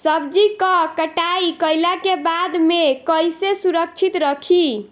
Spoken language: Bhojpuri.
सब्जी क कटाई कईला के बाद में कईसे सुरक्षित रखीं?